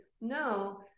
no